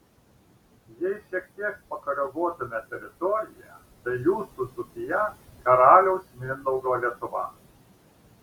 jei šiek tiek pakoreguotume teritoriją tai jūsų dzūkija karaliaus mindaugo lietuva